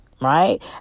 right